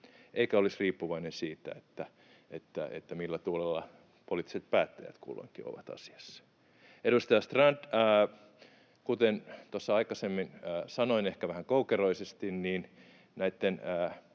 eikä olisi riippuvainen siitä, millä tuulella poliittiset päättäjät kulloinkin ovat asiassa. Edustaja Strand, kuten tuossa aikaisemmin sanoin ehkä vähän koukeroisesti,